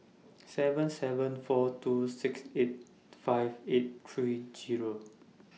seven seven four two six eight five eight three Zero